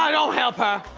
um don't help her!